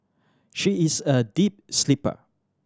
she is a deep sleeper